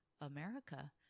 America